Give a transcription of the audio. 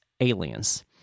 Aliens